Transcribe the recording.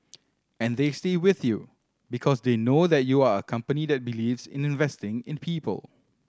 and they stay with you because they know that you are a company that believes in investing in people